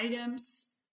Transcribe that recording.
items